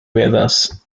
vedas